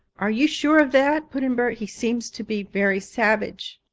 are you sure of that? put in bert. he seems to be very savage.